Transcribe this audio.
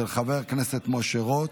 של חבר הכנסת משה רוט.